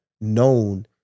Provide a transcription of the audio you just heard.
known